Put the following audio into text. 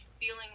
feeling